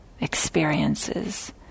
experiences